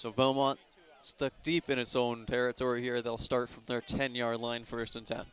so belmont stuck deep in its own territory here they'll start from their ten yard line for in